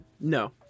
No